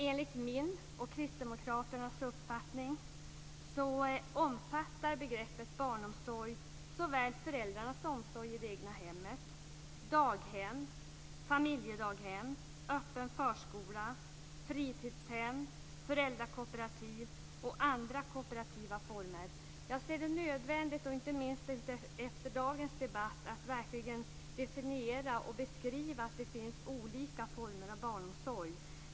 Enligt min och Kristdemokraternas uppfattning omfattar begreppet barnomsorg såväl föräldrarnas omsorg i det egna hemmet, daghem, familjedaghem, öppen förskola, fritidshem som föräldrakooperativ och andra kooperativa former. Inte minst efter dagens debatt ser jag det nödvändigt att definiera och beskriva att det finns olika former av barnomsorg.